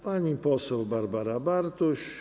pani poseł Barbara Bartuś.